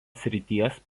srities